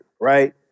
right